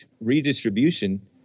redistribution